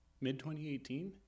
mid-2018